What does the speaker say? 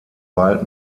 bald